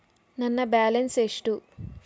ನನ್ನ ಬ್ಯಾಲೆನ್ಸ್ ಎಷ್ಟು?